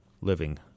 living